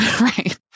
Right